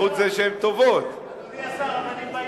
קודם כול, בזכות זה שהן טובות, אדוני השר, תודה.